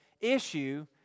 issue